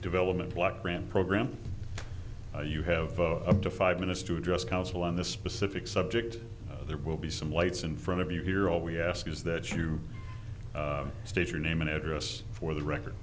development block grant program you have up to five minutes to address council on this specific subject there will be some lights in front of you here all we ask is that you state your name and address for the record